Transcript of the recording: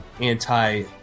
anti